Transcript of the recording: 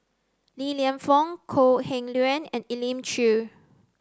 Li Lienfung Kok Heng Leun and Elim Chew